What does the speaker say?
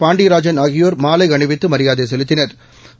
பாண்டியராஜன் ஆகியோா் மாலை அணிவித்து மரியாதை செலுத்தினா்